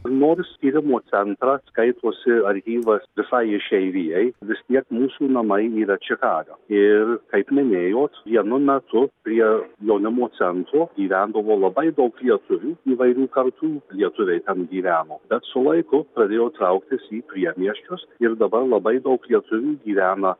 nors tyrimo centro skaitosi archyvas visai išeivijai vis tiek mūsų namai yra čikaga ir kaip minėjot vienu metu prie jaunimo centro gyvendavo labai daug lietuvių įvairių kartų lietuviai ten gyveno bet su laiku pradėjo trauktis į priemiesčius ir dabar labai daug lietuvių gyvena